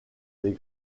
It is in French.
des